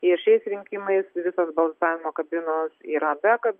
ir šiais rinkimais visos balsavimo kabinos yra be